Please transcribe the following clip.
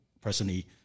personally